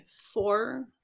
four